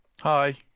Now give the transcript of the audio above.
Hi